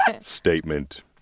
statement